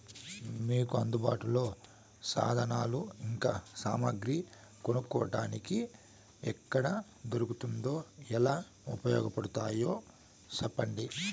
మీకు అందుబాటులో సాధనాలు ఇంకా సామగ్రి కొనుక్కోటానికి ఎక్కడ దొరుకుతుందో ఎలా ఉపయోగపడుతాయో సెప్పండి?